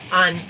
on